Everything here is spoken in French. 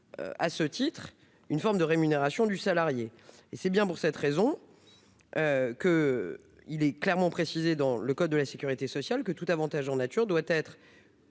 et bien une forme de rémunération du salarié. C'est pour cette raison qu'il est clairement précisé dans le code de la sécurité sociale que tout avantage en nature doit être,